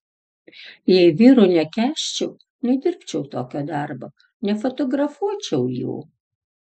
jei vyrų nekęsčiau nedirbčiau tokio darbo nefotografuočiau jų